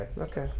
Okay